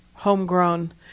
Homegrown